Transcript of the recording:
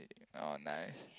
ah nice